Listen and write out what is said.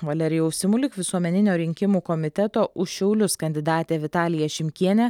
valerijaus simulik visuomeninio rinkimų komiteto už šiaulius kandidatę vitaliją šimkienę